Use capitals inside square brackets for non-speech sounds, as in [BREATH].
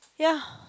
ya [BREATH]